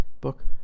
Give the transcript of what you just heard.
Book